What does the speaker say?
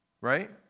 Right